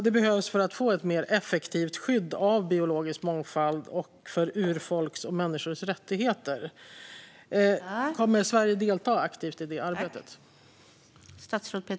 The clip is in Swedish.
Det behövs för att få ett effektivare skydd av biologisk mångfald och för urfolks och människors rättigheter. Kommer Sverige att delta aktivt i det arbetet?